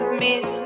miss